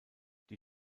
die